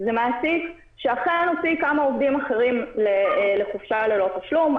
זה מעסיק שאכן הוציא כמה עובדים אחרים לחופשה ללא תשלום,